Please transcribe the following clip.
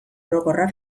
orokorra